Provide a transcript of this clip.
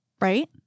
Right